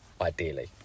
ideally